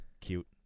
Cute